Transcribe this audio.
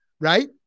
right